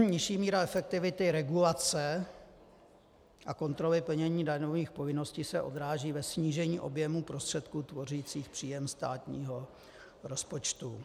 Nižší míra efektivity regulace a kontroly plnění daňových povinností se odráží ve snížení objemu prostředků tvořících příjem státního rozpočtu.